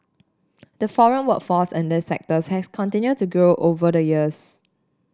the foreign workforce in these sectors has continued to grow over the years